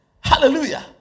Hallelujah